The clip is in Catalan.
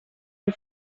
del